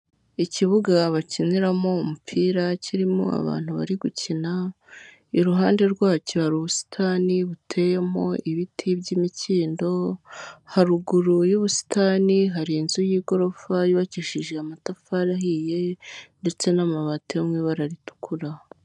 Ikibuga bakiniramo umupira kirimo abantu bari gukina, iruhande rwacyo hari ubusitani buteyemo ibiti by'imikindo, haruguru y'ubusitani hari inzu y'igorofa yubakishije amatafari ahiye ndetse n'amabati yo mu ibara ritukura.